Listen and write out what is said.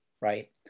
right